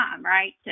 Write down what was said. right